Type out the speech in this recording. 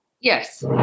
Yes